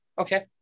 Okay